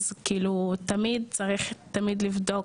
אז כאילו תמיד צריך תמיד לבדוק,